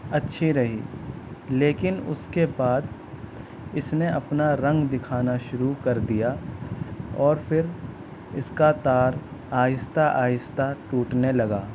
اچھی رہی لیکن اس کے بعد اس نے اپنا رنگ دکھانا شروع کر دیا اور پھر اس کا تار آہستہ آہستہ ٹوٹنے لگا